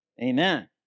Amen